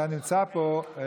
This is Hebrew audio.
אתה נמצא פה.